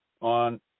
on